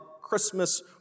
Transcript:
Christmas